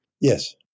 Yes